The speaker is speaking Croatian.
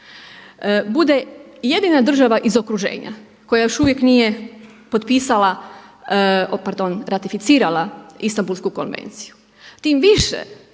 bude jedina država iz okruženja koja još uvijek nije potpisala, o pardon ratificirala Istambulsku konvenciju?